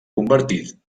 convertit